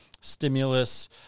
stimulus